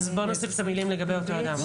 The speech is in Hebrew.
אז בואו נוסיף את המילים "לגבי אותו אדם".